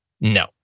no